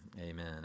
Amen